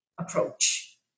approach